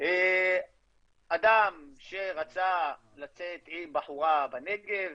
אדם שרצה לצאת עם בחורה בנגב